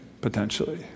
potentially